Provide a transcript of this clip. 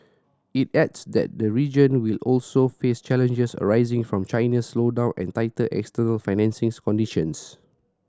it adds that the region will also face challenges arising from China's slowdown and tighter external financing conditions